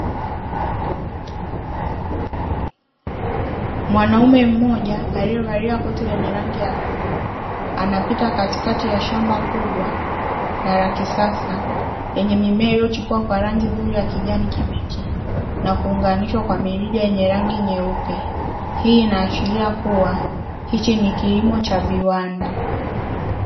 Mwanaume mmoja aliyevalia koti lenye rangi ya bluu anapita katikati ya shamba kubwa na la kisasa lenye mimea iliyochipua kwa rangi nzuri ya kijani kibichi na kuunganishwa kwa mirija yenye rangi nyeupe, hii inaashiria kuwa hichi ni kilimo cha viwanda.